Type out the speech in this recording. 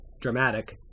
dramatic